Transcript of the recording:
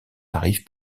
arrive